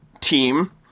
team